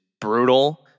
brutal